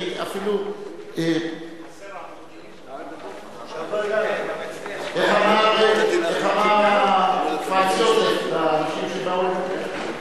איך אמר פרנץ יוזף לאנשים שבאו?